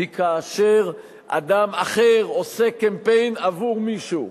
היא כאשר אדם אחר עושה קמפיין עבור מישהו,